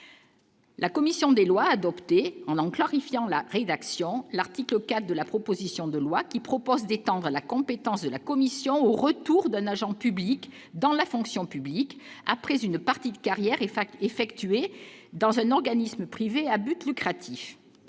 La commission des lois adoptées en en clarifiant la rédaction l'article 4 de la proposition de loi qui propose d'étendre la compétence de la commission, au retour d'un agent public dans la fonction publique après une partie de carrière et Fact dans un organisme privé à but lucratif,